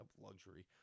luxury